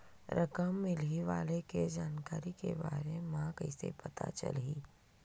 रकम मिलही वाले के जानकारी के बारे मा कइसे पता चलही?